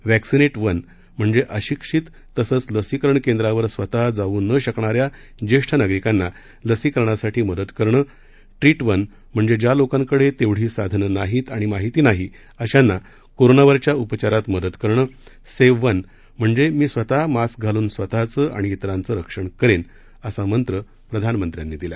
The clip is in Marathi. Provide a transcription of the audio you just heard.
वॅक्सीनेट वन म्हणजे अशिक्षित तसंच लसीकरण केंद्रावर स्वतः जाऊ न शकणाऱ्या ज्येष्ठ नागरिकांना लसीकरणासाठी मदत करणं ट्रीट वन म्हणजे ज्या लोकांकडे तेवढी साधनं नाहीत आणि माहिती नाही अशांना कोरोनावरील उपचारात मदत करणं सेव्ह वन म्हणजे मी स्वतः मास्क घालून स्वतःच आणि तिरांचं रक्षण करीन असा मंत्र प्रधामंत्र्यांनी दिला